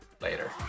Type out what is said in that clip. later